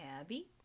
Abby